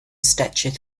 stature